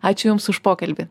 ačiū jums už pokalbį